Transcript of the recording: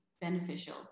beneficial